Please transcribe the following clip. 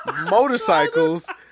motorcycles